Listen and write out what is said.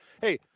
Hey